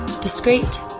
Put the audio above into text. Discreet